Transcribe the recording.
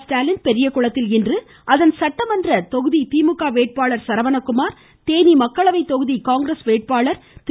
ஸ்டாலின் பெரியகுளத்தில் இன்று அதன் சட்டமன்ற தொகுதி திமுக வேட்பாளர் சரவணகுமார் தேனி மக்களவை தொகுதி காங்கிரஸ் வேட்பாளர் திரு